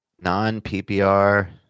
Non-PPR